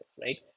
right